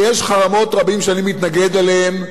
ויש חרמות רבים שאני מתנגד להם,